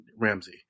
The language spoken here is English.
Ramsey